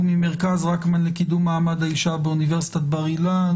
וממרכז רקמן לקידום מעמד האישה באוניברסיטת בר-אילן,